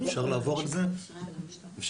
זה